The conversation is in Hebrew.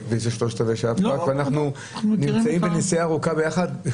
ואנחנו נמצאים בנסיעה ארוכה ביחד.